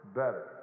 better